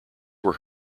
were